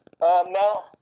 No